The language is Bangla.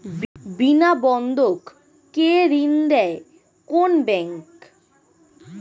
বিনা বন্ধক কে ঋণ দেয় কোন ব্যাংক?